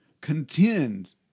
Contend